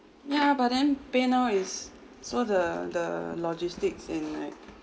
ya but then paynow is so the the logistics in like